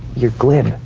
you're glib.